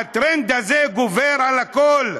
והטרנד הזה גובר על הכול.